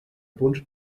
punts